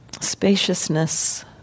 spaciousness